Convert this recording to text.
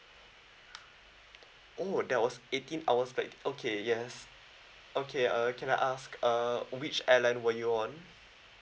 oh that was eighteen hours flight okay yes okay uh can I ask uh which airline were you on